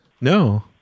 No